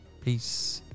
Peace